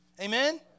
Amen